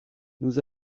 nous